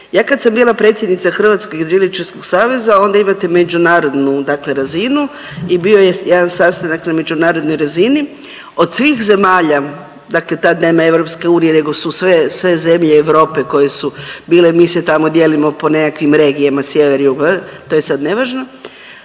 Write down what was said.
Ja kad sam bila predsjednica Hrvatskog jedriličarskog saveza onda imate međunarodnu dakle razinu i bio je jedan sastanak na međunarodnoj razini. Od svih zemalja, dakle tad nema EU nego su sve, sve zemlje Europe koje su bile mi se tamo dijelimo po nekakvim regijama sjever, jug to je sad nevažno,